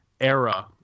era